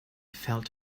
felt